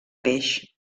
peix